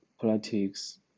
politics